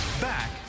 Back